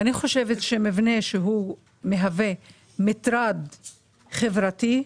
אני חושבת שמבנה שמהווה מטרד חברתי,